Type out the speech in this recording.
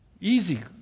Easy